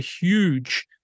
huge